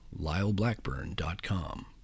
LyleBlackburn.com